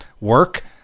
work